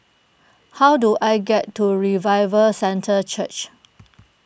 how do I get to Revival Centre Church